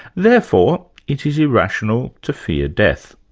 therefore it is irrational to fear death.